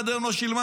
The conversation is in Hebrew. ועד היום לא שילמה,